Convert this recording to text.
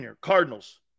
Cardinals